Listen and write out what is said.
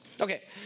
Okay